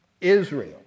Israel